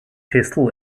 pistol